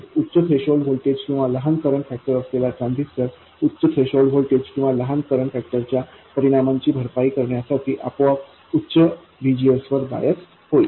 उच्च threshold voltage किंवा लहान करंट फॅक्टर असलेला ट्रान्झिस्टर उच्च थ्रेशोल्ड व्होल्टेज किंवा लहान करंट फॅक्टर च्या परिणामाची भरपाई करण्यासाठी आपोआप उच्च VGS वर बायस होईल